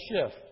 shift